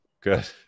Good